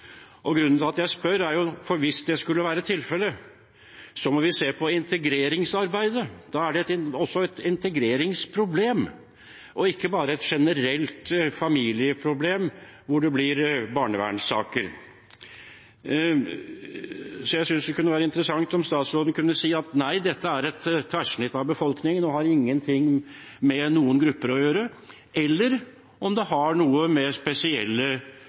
Grunnen til at jeg spør, er at hvis det skulle være tilfellet, må vi se på integreringsarbeidet. Da er det også et integreringsproblem, og ikke bare et generelt familieproblem, når det blir barnevernssaker. Jeg synes det kunne være interessant om statsråden kunne si at nei, det er et tverrsnitt av befolkningen og har ingenting med noen grupper å gjøre, eller at det har noe med spesielle